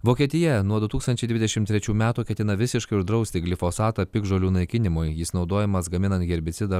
vokietija nuo du tūkstančiai dvidešim trečių metų ketina visiškai uždrausti glifosfatą piktžolių naikinimui jis naudojamas gaminant herbicidą